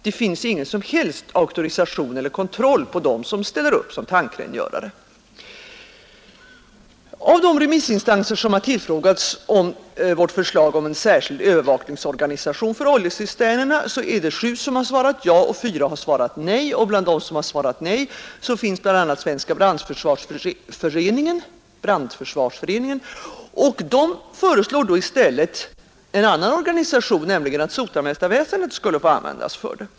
Det finns ingen som helst auktorisation eller kontroll på dem som ställer upp som tankrengörare. Av de remissinstanser som tillfrågats om förslaget om en särskild övervakningsorganisation för oljecisterner har sju svarat ja och fyra har svarat nej. Bland dessa senare är Svenska brandförsvarsföreningen, som emellertid i stället föreslår att sotarmästarväsendet används för det föreslagna ändamålet.